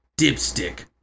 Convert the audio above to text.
dipstick